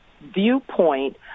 viewpoint